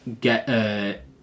get